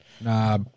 Nah